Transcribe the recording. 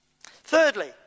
Thirdly